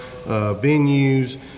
venues